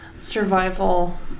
Survival